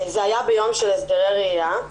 זה היה ביום של הסדרי ראייה.